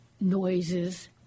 noises